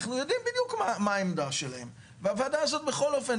אנחנו יודעים בדיוק מה העמדה שלהם והוועדה הזאת בכל אופן,